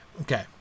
Okay